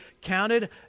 counted